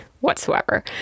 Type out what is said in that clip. whatsoever